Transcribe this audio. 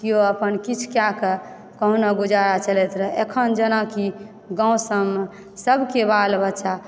केओ अपन किछु कएकऽ कहुना गुजरा चलैत रहय अखन जेनाकि गाँव सभमे सभके बाल बच्चा